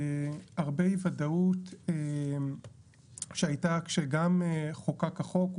הרבה אי ודאות שהייתה כשגם חוקק החוק.